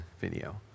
video